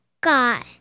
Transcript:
got